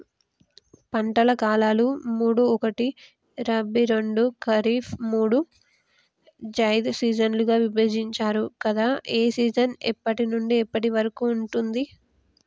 పంటల కాలాలు మూడు ఒకటి రబీ రెండు ఖరీఫ్ మూడు జైద్ సీజన్లుగా విభజించారు కదా ఏ సీజన్ ఎప్పటి నుండి ఎప్పటి వరకు ఉంటుంది?